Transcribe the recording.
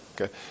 Okay